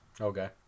Okay